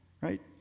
Right